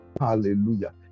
hallelujah